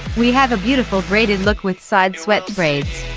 we have a beautiful braided look with side swept braids.